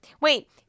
wait